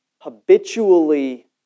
habitually